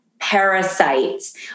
parasites